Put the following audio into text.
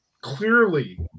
clearly